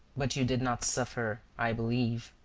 but you did not suffer, i believe.